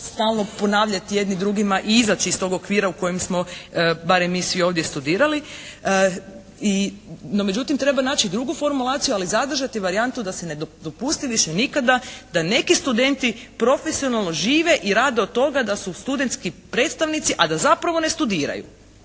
stalno ponavljati jedni drugima i izaći iz stog okvira u kojem smo barem mi svi ovdje studirali. No međutim, treba naći drugu formulaciju ali zadržati varijantu da se ne dopusti više nikada da neki studenti profesionalno žive i rade od toga da su studentski predstavnici, a da zapravo ne studiraju.